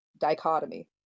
dichotomy